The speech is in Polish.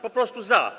Po prostu za.